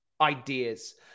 ideas